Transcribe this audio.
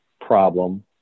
problem